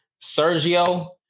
Sergio